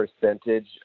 percentage